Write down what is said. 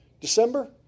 December